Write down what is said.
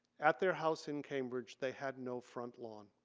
at their house in cambridge they had no front lawn.